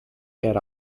get